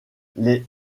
les